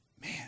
man